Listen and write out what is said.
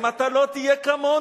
אם אתה לא תהיה כמונו,